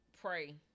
pray